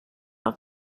auf